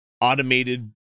automated